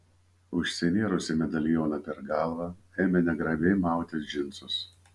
užsinėrusi medalioną per galvą ėmė negrabiai mautis džinsus